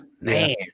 Man